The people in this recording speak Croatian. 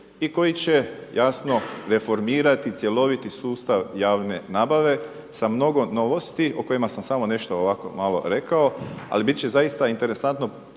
i koji će jasno reformirati cjeloviti sustav javne nabave sa mnogo novosti o kojima sam samo nešto ovako malo rekao. Ali bit će zaista interesantno